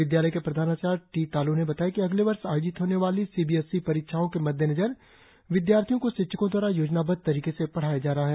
विद्यालय के प्रधानाचार्य टी तालोह ने बताया कि अगले वर्ष आयोजित होने वाली C B C S E परीक्षाओं के मद्देनजर विदयार्थियों को शिक्षकों दवारा योजनाबद्ध तरीके से पढ़ाया जा रहा है